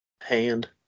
hand